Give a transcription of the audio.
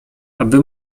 aby